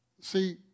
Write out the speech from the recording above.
See